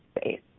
space